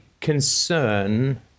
concern